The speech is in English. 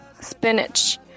Spinach